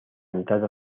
entrada